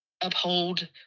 uphold